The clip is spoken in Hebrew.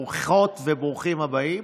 ברוכות וברוכים הבאים.